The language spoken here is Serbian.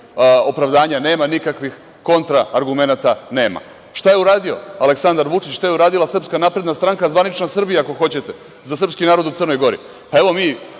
opravdanja nema, nikakvih kontra argumenata nema. Šta je uradio Aleksandar Vučić, šta je uradila Srpska napredna stranka, a zvanično Srbija ako hoćete, za srpski narod u Crnoj Gori? Evo, vi,